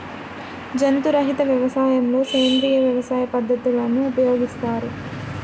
జంతు రహిత వ్యవసాయంలో సేంద్రీయ వ్యవసాయ పద్ధతులను ఉపయోగిస్తారు